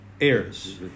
heirs